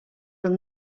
will